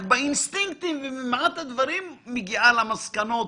רק באינסטינקטים ובמעט הדברים הגעת למסקנות